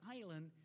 island